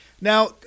Now